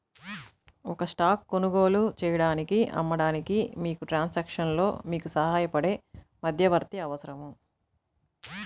ఒక స్టాక్ కొనుగోలు చేయడానికి, అమ్మడానికి, మీకు ట్రాన్సాక్షన్లో మీకు సహాయపడే మధ్యవర్తి అవసరం